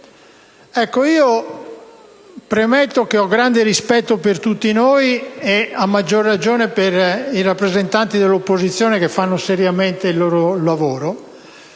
Premetto che ho grande rispetto per tutti noi e, a maggior ragione, per i rappresentanti dell'opposizione che fanno seriamente il proprio lavoro.